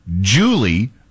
Julie